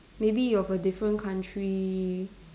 maybe of a different country